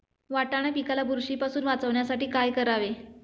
वाटाणा पिकाला बुरशीपासून वाचवण्यासाठी काय करावे?